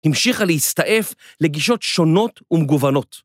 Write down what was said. המשיכה להסתעף לגישות שונות ומגוונות.